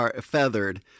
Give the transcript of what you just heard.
feathered